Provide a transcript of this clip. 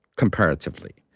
comparatively.